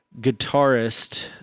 guitarist